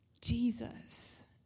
Jesus